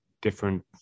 different